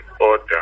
order